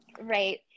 Right